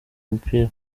umupira